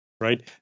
right